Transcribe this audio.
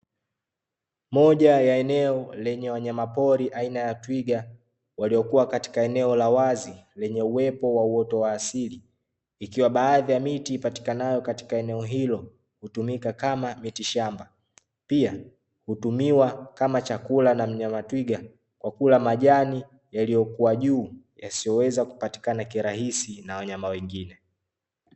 Moja ya eneo lenye wanyamapori aina ya twiga, waliokuwa katika eneo la wazi lenye uwepo wa uoto wa asili, ikiwa baadhi ya miti ipatikanayo katika eneo hilo hutumika kama miti shamba. Pia hutumiwa kama chakula na mnyama twiga kwa kula majani yaliyokuwa juu, yasiyoweza kupatikana kirahisi na wanyama wengine.